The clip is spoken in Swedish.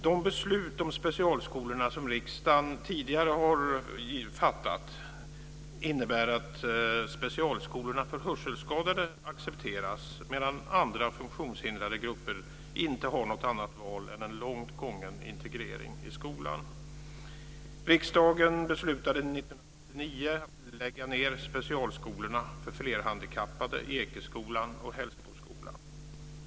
De beslut om specialskolorna som riksdagen tidigare har fattat innebär att specialskolorna för hörselskadade accepteras medan andra funktionshindrade grupper inte har något annat val än en långt gången integrering i skolan. Hällsboskolan.